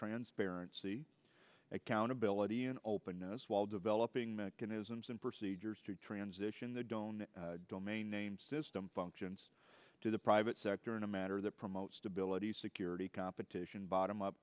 transparency accountability and openness while developing mechanisms and procedures to transition the don't domain name system functions to the private sector in a matter that promote stability the competition bottom up